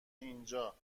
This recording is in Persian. اینجا